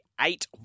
eight